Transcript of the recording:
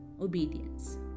obedience